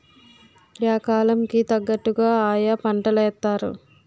yeah కాలం కి తగ్గట్టుగా ఆయా పంటలేత్తారు